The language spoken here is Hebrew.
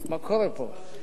מה קורה פה?